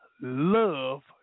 love